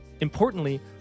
Importantly